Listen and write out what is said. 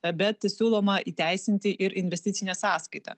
bet siūloma įteisinti ir investicinę sąskaitą